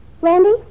Randy